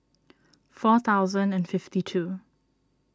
four thousand and fifty two